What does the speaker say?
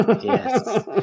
Yes